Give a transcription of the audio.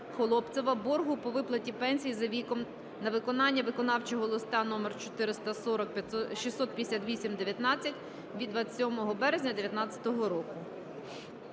Холопцева боргу по виплаті пенсії за віком на виконання виконавчого листа №440/658/19 від 27 березня 2019 року.